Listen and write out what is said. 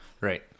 Right